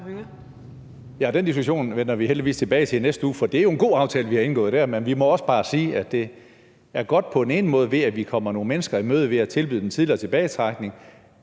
den diskussion har vi heldigvis tilbage til i næste uge, for det er jo en god aftale, vi har indgået der. Men vi må også bare sige, at det er godt på den ene måde, ved at vi kommer nogle mennesker i møde ved at tilbyde dem tidligere tilbagetrækning,